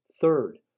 Third